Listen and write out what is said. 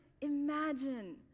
imagine